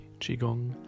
qigong